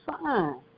fine